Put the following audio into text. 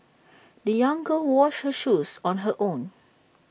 the young girl washed her shoes on her own